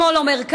שמאל או מרכז,